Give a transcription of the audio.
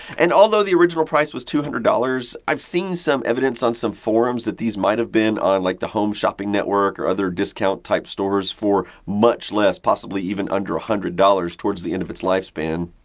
and although the original price was two hundred dollars, i've seen some evidence on some forums that these might have been on like the home shopping network or other discount type stores for much less, possibly even under a hundred dollars towards the end of it's lifespan.